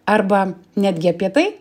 arba netgi apie tai